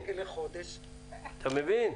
אתה מבין?